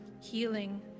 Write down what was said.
healing